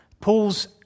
Paul's